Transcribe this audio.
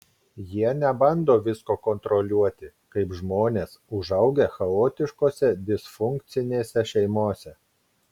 jie nebando visko kontroliuoti kaip žmonės užaugę chaotiškose disfunkcinėse šeimose